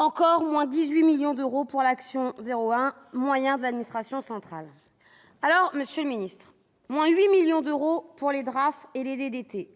et moins 18 millions d'euros pour l'action n° 01, Moyens de l'administration centrale. Monsieur le ministre, c'est encore moins 8 millions d'euros pour les DRAAF, les